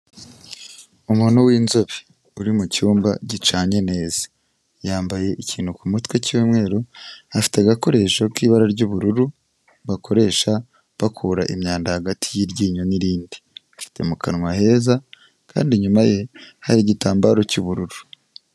Umuntu w'inzobe, uri mu cyumba gicanye neza, yambaye ikintu ku mutwe cy'umweru, afite agakoresho k'ibara ry'ubururu bakoresha bakura imyanda hagati y'iryinyo n'irindi, afite mu kanwa heza kandi inyuma ye hari igitambaro cy'ubururu.